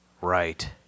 Right